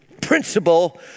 principle